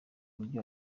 mujyi